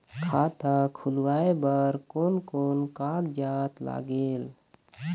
खाता खुलवाय बर कोन कोन कागजात लागेल?